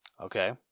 Okay